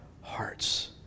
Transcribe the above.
hearts